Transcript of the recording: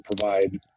provide